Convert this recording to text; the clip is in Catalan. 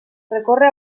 recorre